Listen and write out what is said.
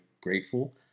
grateful